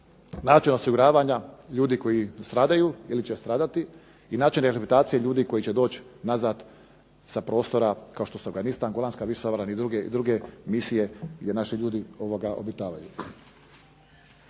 Način osiguravanja ljudi koji stradaju ili će stradati, i način rehabilitacija ljudi koji će doći nazad sa prostora kao što su Afganistan, Goranska visoravan i druge misije gdje naši ljudi obitavaju.